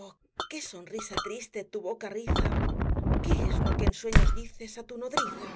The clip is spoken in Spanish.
oh que sonrisa triste tu boca riza qué es lo que en sueños dices á tu nodriza